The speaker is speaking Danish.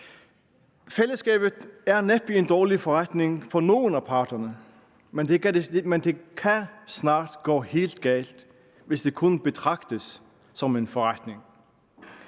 Fællesskabet er næppe en dårlig forretning for nogen af parterne, men det kan snart gå helt galt, hvis det kun betragtes som en forretning.